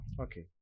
okay